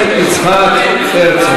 באמת לעבוד.